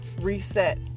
reset